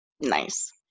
Nice